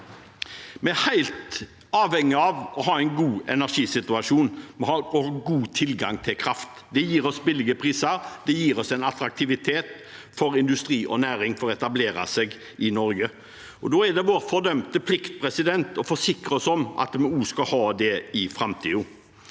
Vi er helt avhengig av å ha en god energisituasjon. Vi har også god tilgang på kraft. Det gir oss lave priser. Det gjør det attraktivt for industri og næring å etablere seg i Norge. Da er det vår fordømte plikt å forsikre oss om at vi også skal ha det i framtiden.